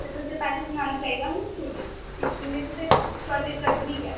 ते तुसें पैह्ले सनाना चाहिदा ही न स्कूलै गी टीचर ने ते शॉर्टेज कड्ढनी गै ऐ